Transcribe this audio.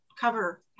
cover